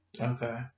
Okay